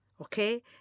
okay